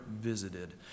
visited